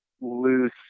loose